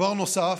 דבר נוסף,